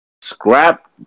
scrap